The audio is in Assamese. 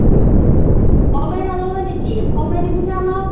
অ' কমাই নল'ব নেকি কমাই দিব নে অলপ